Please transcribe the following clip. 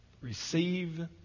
receive